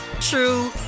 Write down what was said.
true